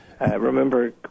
remember